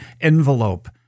envelope